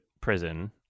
prison